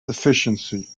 deficiency